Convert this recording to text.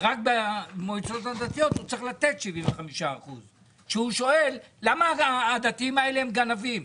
ורק במועצות הדתיות הוא צריך לתת 75%. כשהוא שואל למה הדתיים האלה הם גנבים,